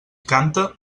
canta